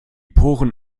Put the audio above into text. poren